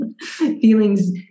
Feelings